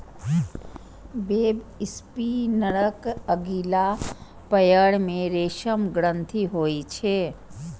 वेबस्पिनरक अगिला पयर मे रेशम ग्रंथि होइ छै